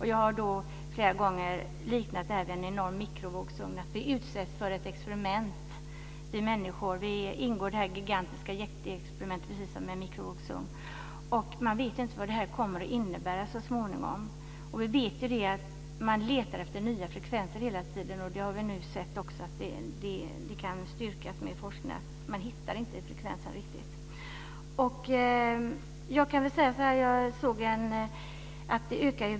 Jag har flera gånger liknat detta vid en enorm mikrovågsugn. Vi människor ingår i ett gigantiskt jätteexperiment. Vi vet inte vad detta kommer att innebära så småningom. Vi vet att man letar efter nya frekvenser hela tiden, men forskningen styrker att man inte hittar dessa.